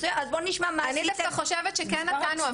אז בואו נשמע מה עשיתם --- אני דווקא חושבת שכן נתנו,